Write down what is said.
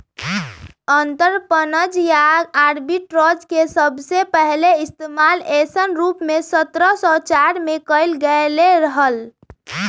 अंतरपणन या आर्बिट्राज के सबसे पहले इश्तेमाल ऐसन रूप में सत्रह सौ चार में कइल गैले हल